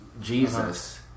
Jesus